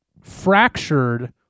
fractured